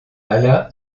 alla